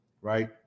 right